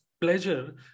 pleasure